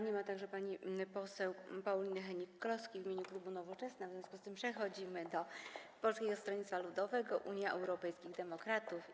Nie ma także pani poseł Pauliny Hennig-Kloski z klubu Nowoczesna, w związku z tym przechodzimy do Polskiego Stronnictwa Ludowego - Unii Europejskich Demokratów.